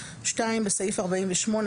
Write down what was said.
(2)בסעיף 48,